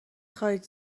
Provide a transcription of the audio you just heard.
خواید